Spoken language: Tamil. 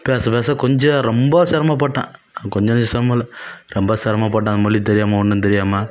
பேச பேச கொஞ்சம் ரொம்ப சிரமப்பட்டேன் கொஞ்சம் நஞ்சம் சிரமம் இல்லை ரொம்ப சிரமப்பட்டேன் மொழி தெரியாமல் ஒன்றும் தெரியாமல்